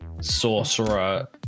sorcerer